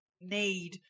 need